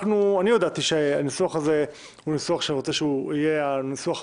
הודעתי שהניסוח הזה הוא ניסוח שאני רוצה שיהיה הניסוח המוביל,